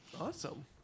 Awesome